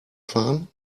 fahren